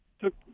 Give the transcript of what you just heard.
took